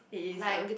it is lah